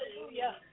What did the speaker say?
hallelujah